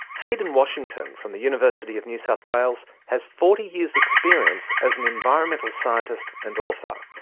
haydn washington from the university of new south wales has forty years' experience as an environmental scientist and author.